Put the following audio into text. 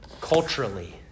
culturally